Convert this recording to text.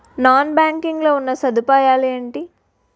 Non banking లో ఉన్నా సదుపాయాలు ఎంటి?